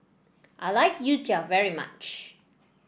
I like Youtiao very much